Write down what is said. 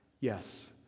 Yes